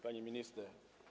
Pani Minister!